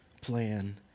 plan